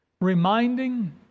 reminding